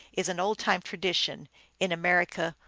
is an old-time tradition in america,